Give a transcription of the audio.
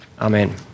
Amen